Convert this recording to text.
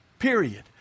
Period